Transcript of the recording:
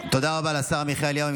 תודה רבה לשר עמיחי אליהו.